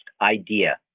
idea